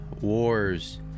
Wars